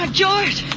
George